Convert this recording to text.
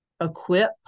equip